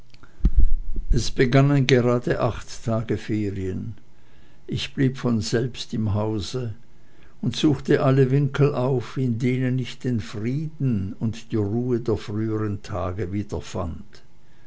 es begannen gerade acht tage ferien ich blieb von selbst im hause und suchte alle winkel auf in denen ich den frieden und die ruhe der früheren tage wiederfand